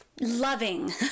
Loving